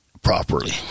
Properly